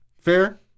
Fair